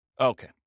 Okay